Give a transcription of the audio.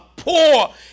poor